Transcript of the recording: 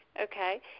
Okay